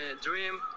dream